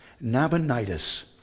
Nabonidus